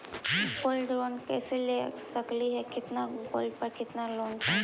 Gold loan कैसे ले सकली हे, कितना गोल्ड पर कितना लोन चाही?